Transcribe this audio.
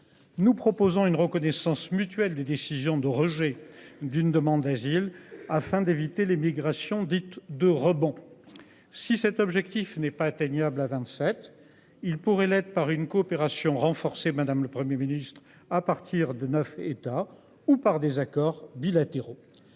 Nous proposons une reconnaissance mutuelle des décisions de rejet d'une demande d'asile afin d'éviter l'émigration dite de rebond. Si cet objectif n'est pas atteignable. À 27 il pourrait l'être par une coopération renforcée. Madame le 1er Ministre à partir de neuf États ou par des accords bilatéraux.